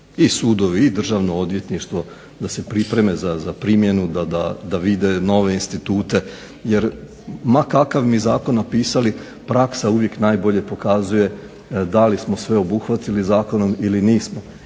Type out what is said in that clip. i sudovi i državno odvjetništvo da se pripreme za primjenu da vide nove institute jer ma kakav mi zakon napisali praksa uvijek najbolje pokazuje da li smo sve obuhvatili zakonom ili nismo